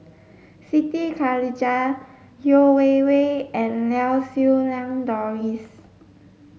Siti Khalijah Yeo Wei Wei and Lau Siew Lang Doris